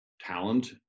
talent